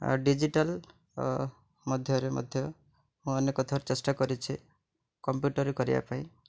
ଆଉ ଡିଜିଟାଲ୍ ମଧ୍ୟରେ ମଧ୍ୟ ମୁଁ ଅନେକ ଥର ଚେଷ୍ଟା କରିଛି କମ୍ପ୍ୟୁଟର୍ରେ କରିବା ପାଇଁ